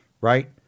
right